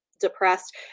depressed